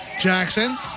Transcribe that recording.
Jackson